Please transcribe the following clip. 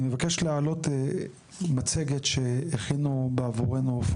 אני מבקש לעלות מצגת שהכינו בעבורנו,